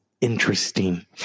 interesting